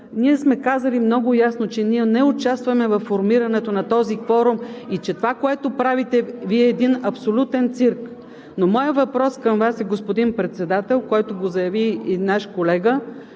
ние сме казали много ясно, че не участваме във формирането на този кворум и че това, което правите Вие, е един абсолютен цирк. Но моят въпрос към Вас, господин Председател, който го заяви и наш колега,